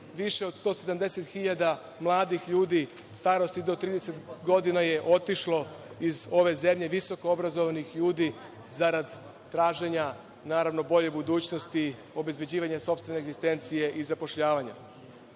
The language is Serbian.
više od 170 hiljada mladih ljudi starosti do 30 godina je otišlo iz ove zemlje, visokoobrazovanih ljudi za rad traženja, naravno bolje budućnosti, obezbeđivanja sopstvene egzistencije i zapošljavanja. To